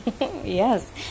yes